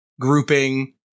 grouping